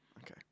Okay